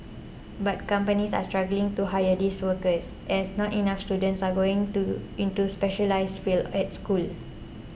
but companies are struggling to hire these workers as not enough students are going to into specialised fields at school